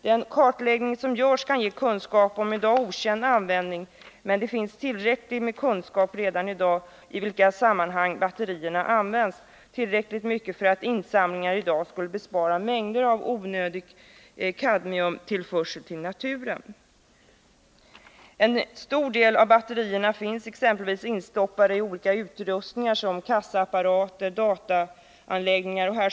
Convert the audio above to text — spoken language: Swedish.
Den kartläggning som görs kan ge kunskap om i dag okänd användning, men redan i dag finns det tillräcklig kunskap om i vilka sammanhang batterierna används för att insamlingar av batterier skulle kunna bespara oss mängder av onödig kadmiumtillförsel till naturen. En stor del av batterierna finns exempelvis instoppade i olika utrustningar, såsom kassaapparater, dataanläggningar m.m.